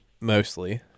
mostly